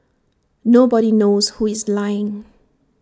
nobody knows who is lying